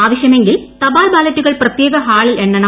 ആവശ്യമെങ്കിൽ തപാൽ ബാലറ്റുകൾ പ്രത്യേക ഹാളിൽ എണ്ണണം